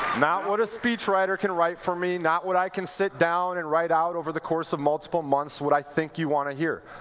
not what a speech writer can write for me. not what i can sit down and write out over the course of multiple months what i think you want to hear.